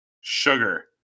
sugar